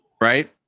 right